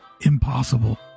impossible